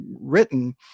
written